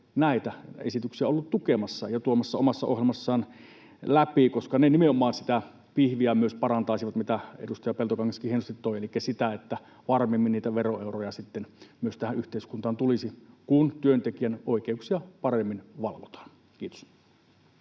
näitä esityksiä ollut tukemassa ja tuomassa omassa ohjelmassaan läpi, kun ne nimenomaan sitä pihviä myös parantaisivat, mitä edustaja Peltokangaskin hienosti toi, elikkä sitä, että varmemmin niitä veroeuroja sitten myös tähän yhteiskuntaan tulisi, kun työntekijän oikeuksia paremmin valvotaan. — Kiitos.